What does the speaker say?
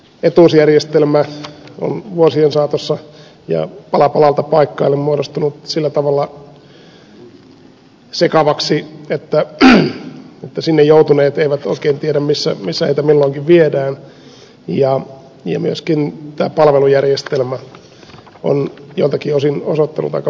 etuusjärjestelmä on vuosien saatossa ja pala palalta paikkaillen muodostunut sillä tavalla sekavaksi että sinne joutuneet eivät oikein tiedä missä heitä milloinkin viedään ja myöskin tämä palvelujärjestelmä on joiltakin osin osoittanut aika huolestuttavia rapautumisen merkkejä